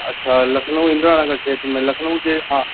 अच्छा लखनऊ इन्द्रा नगर खेत्र में लखनऊ जे हा